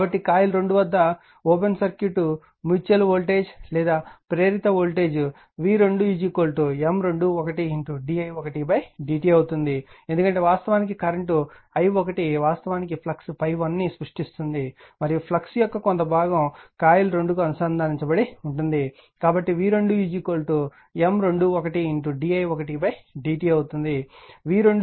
కాబట్టి కాయిల్ 2 వద్ద open circuit mutual voltage లేదా ప్రేరిత voltage v2M 21d i 1dt అవుతుంది ఎందుకంటే వాస్తవానికి కరెంట్ i1 వాస్తవానికి ఫ్లక్స్ ∅1 ను సృష్టిస్తుంది మరియు ఫ్లక్స్ యొక్క కొంత భాగం కాయిల్ 2 కు అనుసంధానించబడి ఉంటుంది కాబట్టి v2M 21d i 1dt అవుతుంది